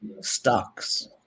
stocks